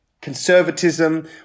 conservatism